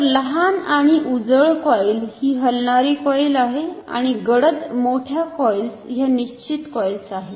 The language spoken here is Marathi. तर लहान आणि उजळ कॉईल ही हलणारी कॉईल आहे आणि गडद मोठ्या कॉइल्स ह्या निश्चित कॉइल्स आहेत